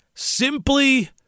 Simply